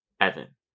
Evan